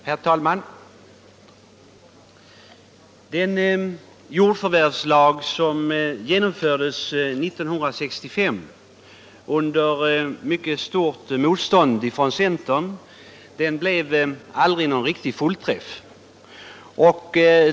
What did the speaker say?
Herr talman! Den jordförvärvslag som genomfördes 1965 under mycket stort motstånd från centern blev aldrig någon riktig fullträff.